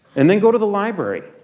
and then go to the library.